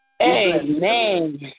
Amen